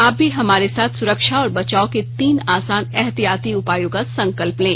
आप भी हमारे साथ सुरक्षा और बचाव के तीन आसान एहतियाती उपायों का संकल्प लें